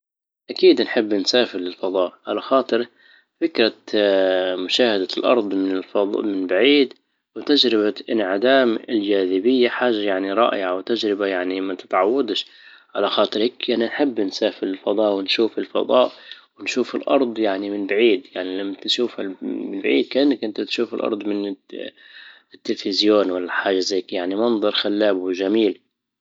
اكيد نحب نسافر للفضاء، على خاطر فكرة مشاهدة الارض من الفضـ- من بعيد وتجربة انعدام الجاذبية، حاجة يعني رائعة وتجربة يعني ما تتعوضش، على خاطرك يعني نحب نسافر الفضاء ونشوف الفضاء ونشوف الارض يعني من بعيد، يعني تشوف من بعيد كأنك انت تشوف الارض من التلفزيون ولا حاجة زيك يعني منظر خلاب وجميل